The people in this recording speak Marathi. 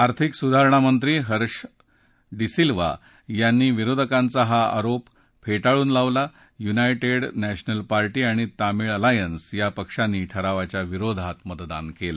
आर्थिक सुधारणा मंत्री हर्षं डिसिल्व्हा यांनी विरोधकांचा हा आरोप फेटाळून लावला युनायटेड नॅशनल पार्टी आणि तामिळ अलायन्स या पक्षांनी ठरावाच्या विरोधात मतदान केलं